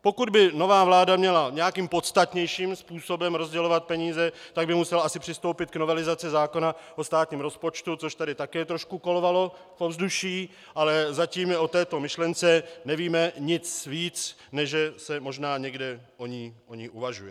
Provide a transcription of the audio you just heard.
Pokud by nová vláda měla nějakým podstatnějším způsobem rozdělovat peníze, tak by musela asi přistoupit k novelizaci zákona o státním rozpočtu, což tady také trošku v ovzduší kolovalo, ale zatím my o této myšlence nevíme nic víc, než že se možná někde o ní uvažuje.